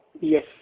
Yes